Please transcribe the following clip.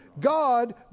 God